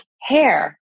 hair